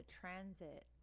transit